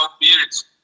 beards